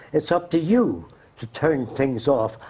it's up to you to turn things off.